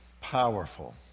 powerful